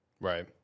Right